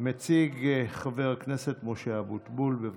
מציג חבר הכנסת משה אבוטבול, בבקשה.